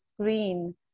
screen